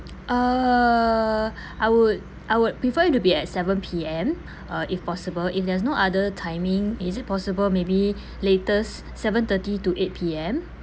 uh I would I would prefer it to be at seven P_M uh if possible if there is no other timing is it possible maybe latest seven thirty to eight P_M